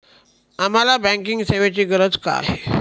आम्हाला बँकिंग सेवेची गरज का आहे?